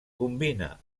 combina